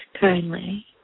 kindly